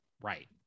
Right